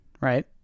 right